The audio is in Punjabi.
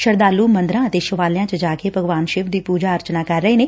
ਸ਼ਰਧਾਲੁ ਮੰਦਰਾਂ ਅਤੇ ਸ਼ਿਵਾਲਿਆ ਚ ਜਾ ਕੇ ਭਗਵਾਨ ਸ਼ਿਵ ਦੀ ਪੁਜਾ ਅਰਚਨਾ ਕਰ ਰਹੇ ਨੇ